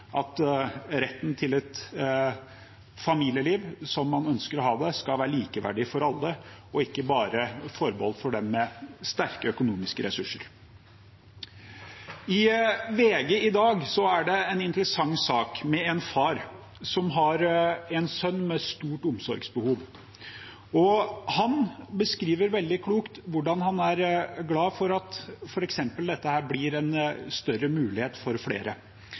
at retten til et familieliv slik man ønsker å ha det, skal være likeverdig for alle og ikke bare forbeholdt dem med sterke økonomiske ressurser. I VG i dag er det en interessant sak om en far som har en sønn med stort omsorgsbehov. Han beskriver veldig klokt at han er glad for at dette blir en større mulighet for flere.